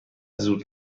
زود